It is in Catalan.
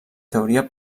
teoria